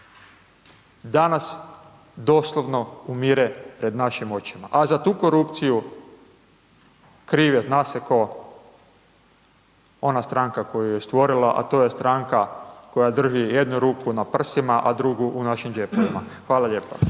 danas, doslovno umire pred našim očima, a za tu korupciju, kriv je zna se tko, ona stranka koju je stvorila, a to je stranka koja drži jednu ruku na prsima, a drugu u našim džepovima. Hvala lijepo.